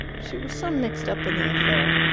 she was so mixed up in the affair.